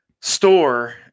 store